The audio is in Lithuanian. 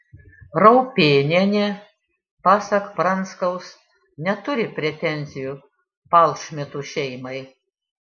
raupėnienė pasak pranskaus neturi pretenzijų palšmitų šeimai